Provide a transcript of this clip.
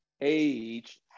age